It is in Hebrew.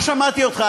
לא שמעתי אותך,